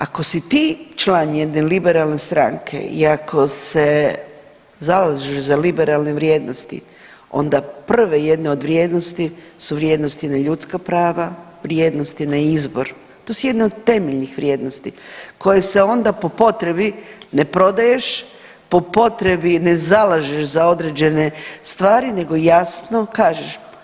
Ako si ti član jedne liberalne stranke i ako se zalažeš za liberalne vrijednosti onda prve jedne od vrijednosti su vrijednosti na ljudska prava, vrijednosti na izbor to su jedne od temeljnih vrijednosti koje se onda po potrebi ne prodaješ, po potrebi ne zalažeš za određene stvari nego jasno kažeš.